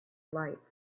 lights